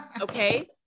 Okay